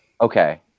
Okay